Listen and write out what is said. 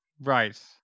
right